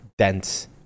dense